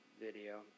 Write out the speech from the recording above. video